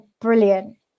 brilliant